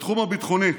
בתחום הביטחוני,